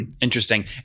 Interesting